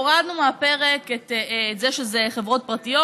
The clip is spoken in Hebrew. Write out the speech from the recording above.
הורדנו מהפרק את זה שזה חברות פרטיות.